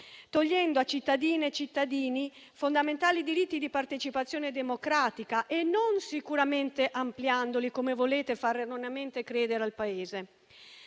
togliendo a cittadine e cittadini fondamentali diritti di partecipazione democratica e non sicuramente ampliandoli, come erroneamente volete far credere al Paese.